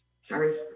sorry